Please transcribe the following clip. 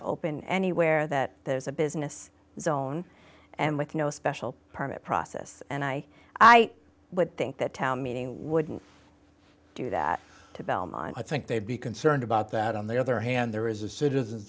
to open anywhere that there's a business zone and with no special permit process and i i would think that town meeting wouldn't do that to belmont i think they'd be concerned about that on the other hand there is a citizen